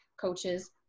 coaches